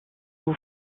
aux